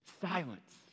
silence